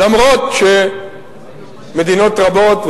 אף-על-פי שמדינות רבות,